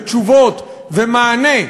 תשובות ומענה,